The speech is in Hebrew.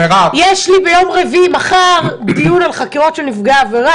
יש לי מחר דיון על חקירות של נפגעי עבירה,